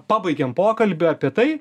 pabaigėm pokalbį apie tai